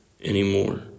anymore